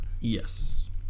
Yes